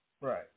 Right